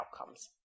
outcomes